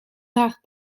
draagt